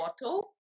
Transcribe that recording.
bottle